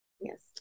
Yes